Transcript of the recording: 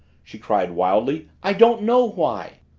she cried wildly. i don't know why!